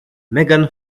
megan